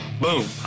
Boom